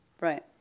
Right